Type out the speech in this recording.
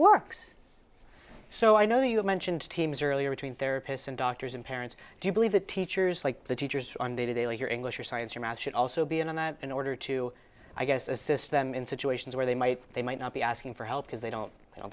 works so i know you mentioned teams earlier between therapists and doctors and parents do you believe that teachers like the teachers on day to day your english or science or math should also be in on that in order to i guess assist them in situations where they might they might not be asking for help because they don't